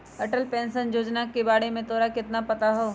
Atal pension Yojana के बारे में तोरा कितना पता हाउ?